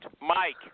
Mike